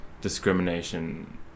discrimination